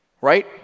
Right